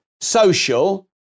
social